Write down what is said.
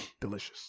delicious